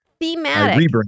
Thematic